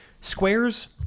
squares